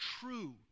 true